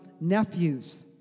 nephews